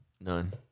None